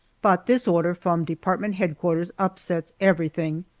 but this order from department headquarters upsets everything.